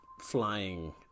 flying